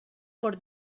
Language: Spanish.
por